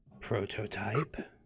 Prototype